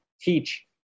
teach